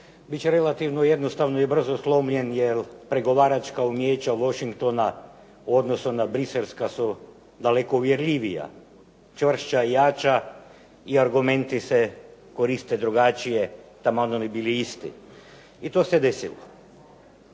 NATO biti će jednostavno i brzo slomljen jer pregovaračka umijeća Washingtona u odnosu na Bruxelleska su daleko uvjerljivija, čvršća, jača i argumenti se koriste drugačije taman da bi bili isti. I to se desilo.